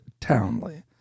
Townley